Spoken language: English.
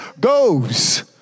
goes